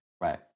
right